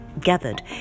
gathered